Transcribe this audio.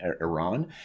Iran